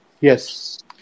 Yes